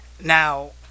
Now